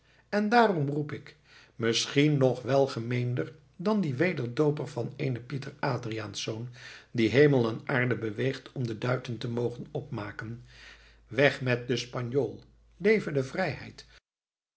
en daarom roep ik misschien nog welgemeender dan die wederdooper van eenen pieter adriaensz die hemel en aarde beweegt om de duiten te mogen opmaken weg met den spanjool leve de vrijheid